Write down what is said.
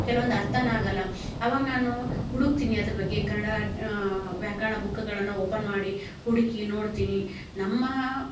ಕೆಲವೊಂದು ಅರ್ಥಾನೇ ಆಗಲ್ಲ ಅವಾಗ್ ನಾನು ಹುಡುಕ್ತೀನಿ ಅದ್ರ ಬಗ್ಗೆ ಕನ್ನಡ ವ್ಯಾಕರಣ ಬುಕ್ಕಗಳನ್ನ ಓಪನ್ ಮಾಡಿ ಹುಡುಕಿ ನೋಡ್ತೀನಿ ನಮ್ಮ